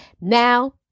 Now